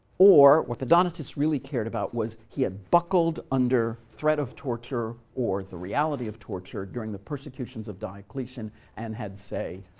or what the donatists really cared about was he had buckled under threat of torture or the reality of torture during the persecution of diocletian and had, say,